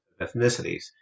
ethnicities